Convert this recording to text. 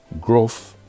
growth